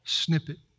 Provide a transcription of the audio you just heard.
snippet